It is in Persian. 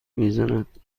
میزند